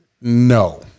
no